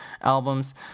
albums